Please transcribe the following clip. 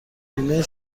بیمه